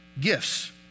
Gifts